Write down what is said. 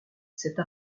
cette